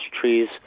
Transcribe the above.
trees